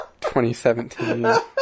2017